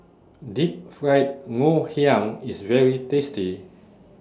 Deep Fried Ngoh Hiang IS very tasty